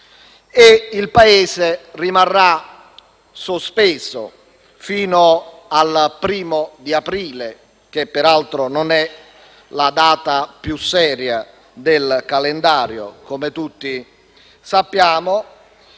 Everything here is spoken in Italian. Il Paese rimarrà sospeso fino al 1° aprile, che peraltro non è la data più seria del calendario - come tutti sappiamo